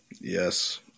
Yes